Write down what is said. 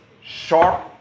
sharp